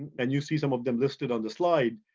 and you see some of them listed on the slide.